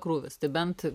krūvis tai bent